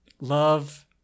Love